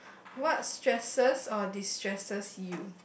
what stresses or distresses you